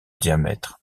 diamètre